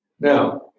Now